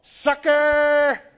sucker